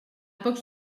pocs